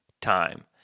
time